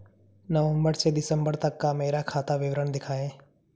नवंबर से दिसंबर तक का मेरा खाता विवरण दिखाएं?